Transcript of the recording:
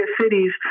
cities